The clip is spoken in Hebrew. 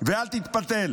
ואל תתפתל